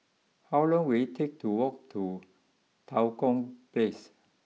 how long will it take to walk to Tua Kong place